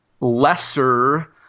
lesser